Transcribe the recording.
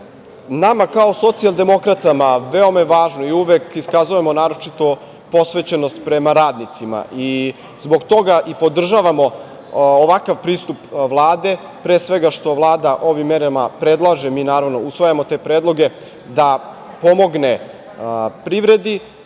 kao socijaldemokratama veoma je važno, i uvek iskazujemo naročitu posvećenost prema radnicima i zbog toga podržavamo ovakav pristup Vlade, pre svega što Vlada ovim merama predlaže, mi naravno usvajamo te predloge, da pomogne privredi,